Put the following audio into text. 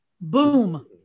Boom